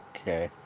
Okay